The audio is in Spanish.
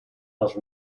los